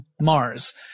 Mars